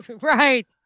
Right